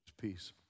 peace